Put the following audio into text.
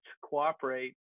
cooperate